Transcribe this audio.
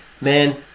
man